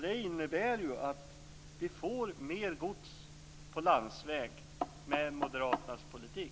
Det innebär att vi får mer gods på landsväg med moderaternas politik.